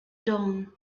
dawn